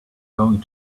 going